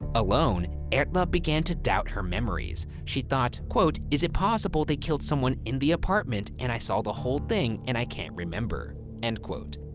alone, erla began to doubt her memories. she thought, quote, is it possible they killed someone in the apartment and i saw the whole thing and i can't remember? end quote.